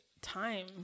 time